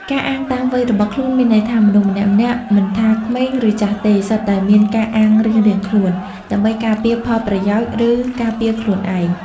ការអាងតាមវ័យរបស់ខ្លួន មានន័យថា មនុស្សម្នាក់ៗមិនថាក្មេង ឬចាស់ទេ សុទ្ធតែមានការអាងរៀងៗខ្លួន ដើម្បីការពារផលប្រយោជន៍ ឬការពារខ្លួនឯង ។